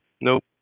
Nope